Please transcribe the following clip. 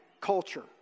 culture